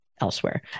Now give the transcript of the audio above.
elsewhere